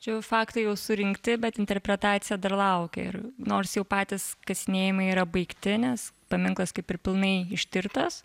čia jau faktai jau surinkti bet interpretacija dar laukia ir nors jau patys kasinėjimai yra baigtinis paminklas kaip ir pilnai ištirtas